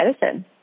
medicine